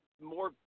more